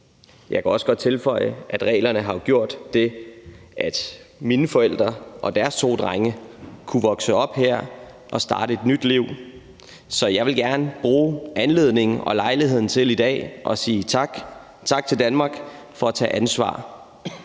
Jeg kan også godt tilføje, at reglerne jo har gjort det, at mine forældre og deres to drenge kunne vokse op her og starte et nyt liv. Så jeg vil gerne bruge anledningen og lejligheden til i dag at sige tak. Tak til Danmark for at tage ansvar.